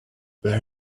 where